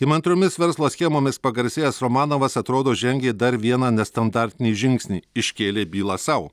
įmantriomis verslo schemomis pagarsėjęs romanovas atrodo žengė dar vieną nestandartinį žingsnį iškėlė bylą sau